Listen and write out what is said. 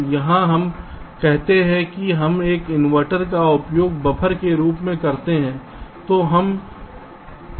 तो यहाँ हम कहते हैं कि हम एक इनवर्टर का उपयोग बफर के रूप में कर रहे हैं